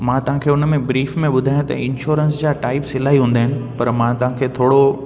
मां तव्हांखे उन में ब्रीफ में ॿुधायां त इंश्योरेंस जा टाइप्स इलाही हूंदा आहिनि पर मां तव्हांखे थोरो